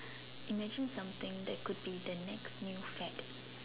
imagine something that could be the next new fad